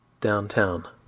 Downtown